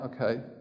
okay